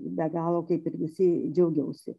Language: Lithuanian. be galo kaip ir visi džiaugiausi